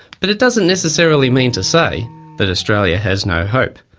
but it doesn't necessarily mean to say that australia has no hope.